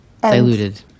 Diluted